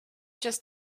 just